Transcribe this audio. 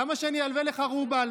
למה שאני אלווה לך רובל?